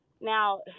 Now